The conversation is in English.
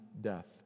death